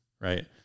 right